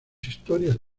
historias